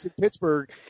Pittsburgh